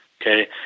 Okay